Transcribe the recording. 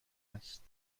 است